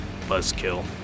Buzzkill